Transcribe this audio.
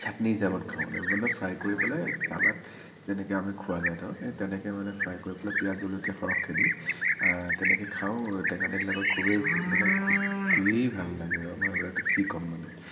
চাটনি হিচাপত খাওঁ মানে ফ্ৰাই কৰি পেলাই চালাদ যেনেকৈ আমাৰ খোৱা যায় ধৰক সেই তেনেকৈ মানে ফ্ৰাই কৰি পেলাই পিয়াঁজ জলকীয়া সৰহকৈ দি তেনেকৈ খাওঁ টেঙা দালিৰ লগত খুবেই মানে খুবেই ভাল লাগে আৰু আপোনাক কি কম মানে